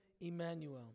Emmanuel